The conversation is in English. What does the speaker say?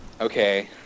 okay